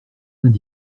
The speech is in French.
vingt